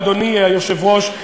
אדוני היושב-ראש,